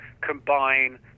combine